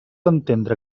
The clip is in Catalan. entendre